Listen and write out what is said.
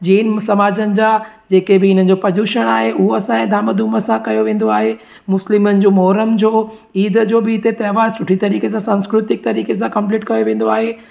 जैन समाजनि जा जेके बि हिनजो प्रदूषण आहे हू असांजे धाम धूम सां कयो वेंदो आहे मुस्लिमनि जो मुहरम जो ईद जो बि हिते त्योहार सुठी तरीक़े सां सांस्कृतिक तरीक़े सां कंप्लीट कयो वेंदो आहे